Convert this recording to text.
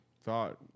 thought